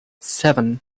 seven